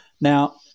Now